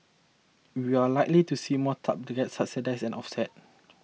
we are likely to see more targeted subsidies and offset